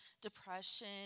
depression